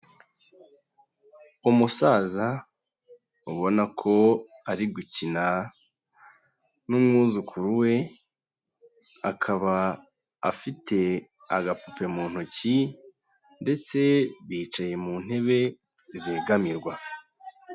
Umusaza ubona ko ari gukina n'umwuzukuru we, akaba afite agapupe mu ntoki ndetse bicaye mu ntebe zegamirwa.